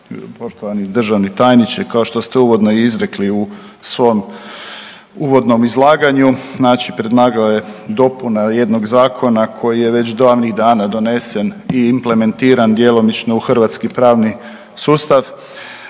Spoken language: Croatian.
poštovani državni tajniče, kao što ste uvodno i izrekli u svom uvodnom izlaganju, znači .../Govornik se ne razumije./... dopuna jednog zakona koji je već davnih dana donesen i implementiran djelomično u hrvatski pravni sustav